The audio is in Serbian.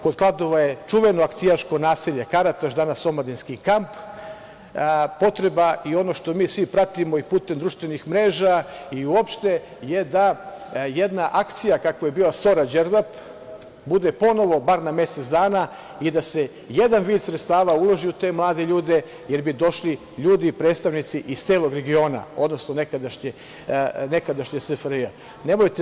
Kod Kladova je čuveno akcijaško naselje Karataš, danas omladinski kamp, potreba i ono što mi svi pratimo i putem društvenih mreža, i uopšte, je da jedna akcija, kako je bila ORA "Đerdap", bude ponovo, barem na mesec dana i da se jedan vid sredstava uloži u te mlade ljudi, jer bi došli ljudi, predstavnici iz celog regiona, odnosno nekadašnje SFRJ.